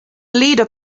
leader